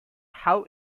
how